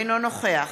אינו נוכח